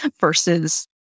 versus